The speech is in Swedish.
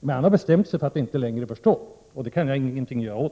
men han har bestämt sig för att inte längre förstå, och det kan jag ingenting göra åt.